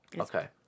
Okay